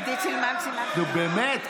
נו, באמת.